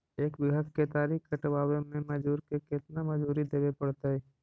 एक बिघा केतारी कटबाबे में मजुर के केतना मजुरि देबे पड़तै?